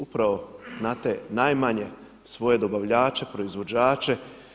Upravo na te najmanje svoje dobavljače, proizvođače.